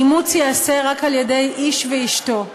שאימוץ ייעשה רק על-ידי איש ואשתו,